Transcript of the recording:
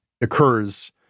occurs